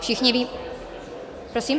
Všichni ví... prosím?